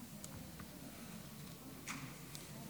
תודה